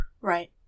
right